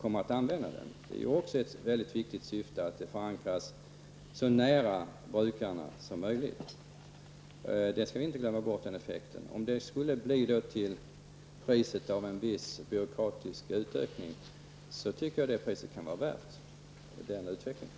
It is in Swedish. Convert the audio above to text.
Det är ett mycket viktigt syfte att konsten förankras så nära brukarna som möjligt. Den effekten får man inte glömma bort. Om denna utveckling leder till en viss byråkratisk utökning tycker jag att det kan vara värt det priset.